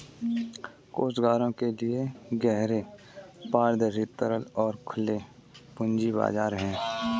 कोषागारों के लिए गहरे, पारदर्शी, तरल और खुले पूंजी बाजार हैं